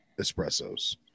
espressos